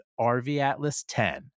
RVATLAS10